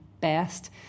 best